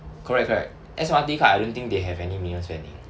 correct correct S_M_R_T card I don't think they have any minimum spending